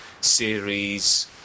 series